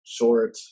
short